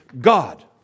God